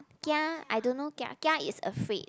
kia I don't know kia is afraid